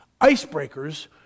Icebreakers